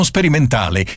Sperimentale